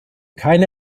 keine